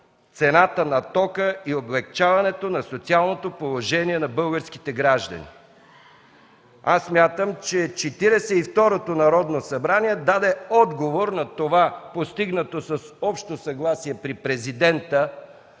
цената на тока и облекчаването на социалното положение на българските граждани. Смятам, че Четиридесет и второто Народно събрание даде отговор на постигнатото с общо съгласие при президента